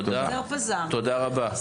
תודה רבה.